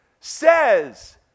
says